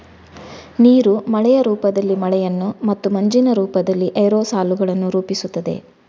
ನೀರು ಮಳೆಯ ರೂಪದಲ್ಲಿ ಮಳೆಯನ್ನು ಮತ್ತು ಮಂಜಿನ ರೂಪದಲ್ಲಿ ಏರೋಸಾಲುಗಳನ್ನು ರೂಪಿಸುತ್ತದೆ